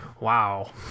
wow